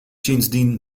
sindsdien